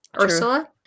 Ursula